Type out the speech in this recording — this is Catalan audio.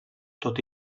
tot